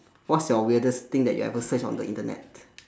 what's your weirdest thing that you ever search on the Internet